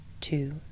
Two